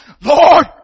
Lord